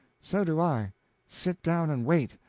so do i sit down and wait.